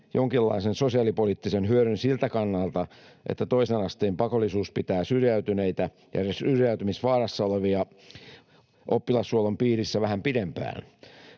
jonkinlaisen sosiaalipoliittisen hyödyn siltä kannalta, että toisen asteen pakollisuus pitää syrjäytyneitä ja syrjäytymisvaarassa olevia oppilashuollon piirissä vähän pidempään.